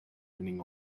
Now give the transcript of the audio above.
meaning